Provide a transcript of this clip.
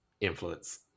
influence